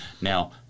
Now